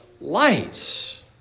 lights